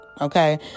Okay